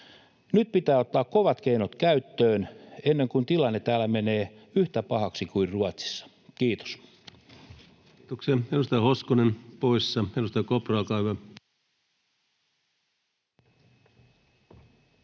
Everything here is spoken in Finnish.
Nyt pitää ottaa kovat keinot käyttöön ennen kuin tilanne täällä menee yhtä pahaksi kuin Ruotsissa. — Kiitos. Kiitoksia. — Edustaja Hoskonen, poissa. — Edustaja Kopra, olkaa hyvä.